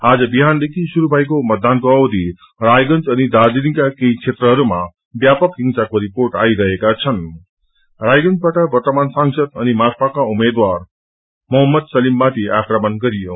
आज बिहानदेखि शुरू भएको मतदानको अववि रायगंज अनि दार्जीलिङका केही क्षेत्रहरूमा व्यापक हिँसाको रिपोट आइरहेका छन्न रायगंजवाट वर्तमान सांसद अनि माकपाका उम्मेद्वार मोहम्मद सलीममाथि आक्रमण गरियो